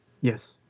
Yes